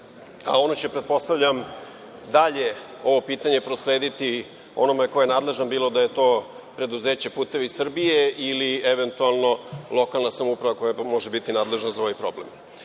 a ono će pretpostavljam dalje ovo pitanje proslediti onome koje nadležan, bilo da je to preduzeće „Putevi Srbije“ ili eventualno lokalna samouprava koja može biti nadležna za ovaj problem. Problem